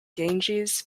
ganges